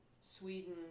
Sweden